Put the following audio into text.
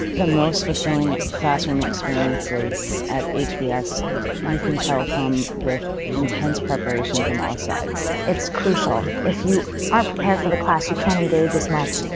the most fulfilling classroom experiences at hbs you can tell come with intense preparation from all sides. it's crucial. if you aren't prepared for the class, you can't engage as much.